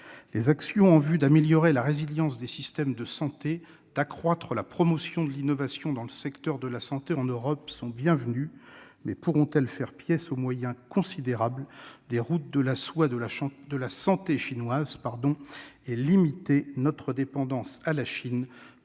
Les actions en vue d'améliorer la résilience des systèmes de santé, d'accroître la promotion de l'innovation dans le secteur de la santé en Europe sont bienvenues, mais pourront-elles faire pièce aux moyens considérables des routes de la soie de la santé chinoises et limiter notre dépendance à la Chine